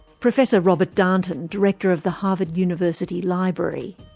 professor robert darnton, director of the harvard university library.